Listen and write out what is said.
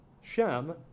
Shem